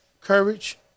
courage